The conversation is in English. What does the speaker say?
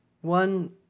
one